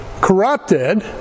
corrupted